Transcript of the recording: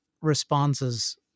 responses